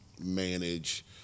manage